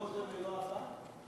לא זה ולא הבא?